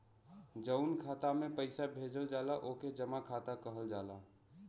जउन खाता मे पइसा भेजल जाला ओके जमा खाता कहल जाला